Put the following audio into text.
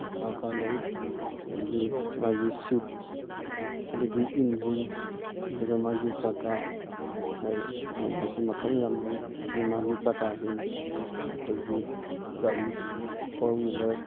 ꯀꯥ ꯀꯥ ꯂꯩ ꯑꯗꯒꯤꯗꯤ ꯃꯥꯒꯤ ꯁꯤꯠꯁ ꯑꯗꯒꯤ ꯏꯟꯖꯤꯟ ꯑꯗꯨꯒ ꯃꯥꯒꯤ ꯆꯀꯥ ꯃꯁꯤ ꯃꯈꯜ ꯌꯥꯝ ꯂꯩ ꯃꯁꯤ ꯃꯥꯒꯤ ꯆꯀꯥꯁꯤ ꯑꯩꯈꯣꯏꯒꯤ ꯒꯥꯔꯤ ꯐꯣꯔ ꯍ꯭ꯋꯤꯜꯂꯔ